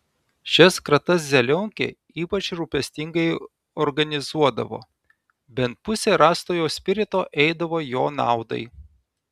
šias kratas zelionkė ypač rūpestingai organizuodavo bent pusė rastojo spirito eidavo jo naudai